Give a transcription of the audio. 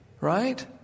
right